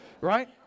right